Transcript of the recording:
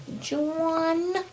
John